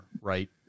right